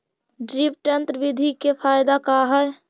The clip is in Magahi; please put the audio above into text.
ड्रिप तन्त्र बिधि के फायदा का है?